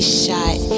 shot